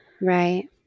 Right